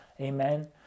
Amen